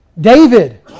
David